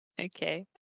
Okay